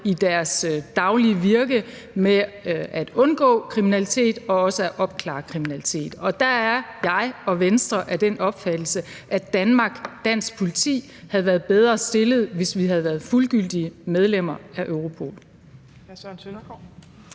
i deres daglige virke i forhold til at undgå kriminalitet og også opklare kriminalitet. Og der er jeg og Venstre af den opfattelse, at Danmark og dansk politi havde været bedre stillet, hvis vi havde været fuldgyldige medlemmer af Europol.